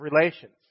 relations